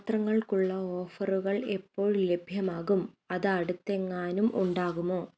പാത്രങ്ങൾക്കുള്ള ഓഫറുകൾ എപ്പോൾ ലഭ്യമാകും അതടുത്തെങ്ങാനും ഉണ്ടാകുമോ